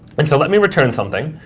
and so let me return something.